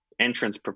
entrance